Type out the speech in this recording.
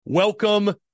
Welcome